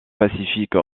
pacifique